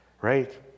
right